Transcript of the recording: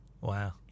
Wow